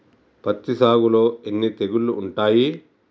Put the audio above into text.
పత్తి సాగులో ఎన్ని తెగుళ్లు ఉంటాయి?